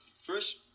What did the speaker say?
First